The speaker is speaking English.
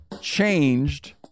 changed